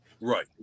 Right